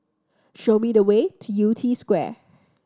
show me the way to Yew Tee Square